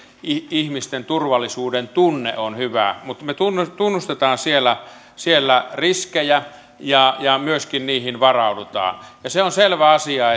ihmisten turvallisuudentunne on hyvä mutta me tunnustamme tunnustamme siellä siellä riskejä ja niihin myöskin varaudutaan se on selvä asia